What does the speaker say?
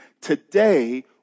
today